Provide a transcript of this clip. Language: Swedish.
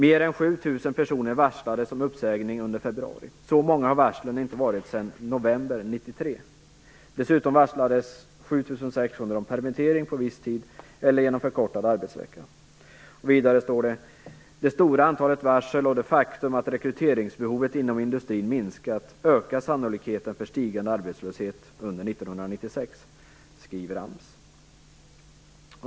Mer än 7 000 personer varslades om uppsägning under februari. Så många har varslen inte varit sedan november 1993. Dessutom varslades 7 600 Vidare står det: Det stora antalet varsel och det faktum att rekryteringsbehovet inom industrin minskat ökar sannolikheten för stigande arbetslöshet under Så skriver AMS.